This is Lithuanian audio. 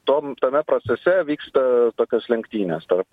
tom tame procese vyksta tokios lenktynės tarp